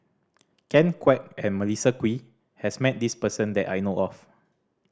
Ken Kwek and Melissa Kwee has met this person that I know of